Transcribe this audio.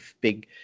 big